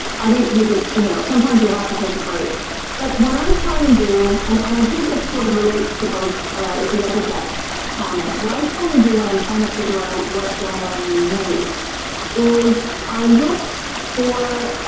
i think you just you know sometimes you have to take a break but what i try and do and i think this sort of relates to both the other guests comments what i try and do when i'm trying to figure out what's going on in the news is i look for